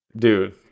Dude